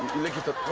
look at the